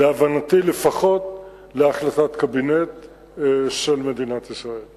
להבנתי, לפחות להחלטת קבינט של מדינת ישראל.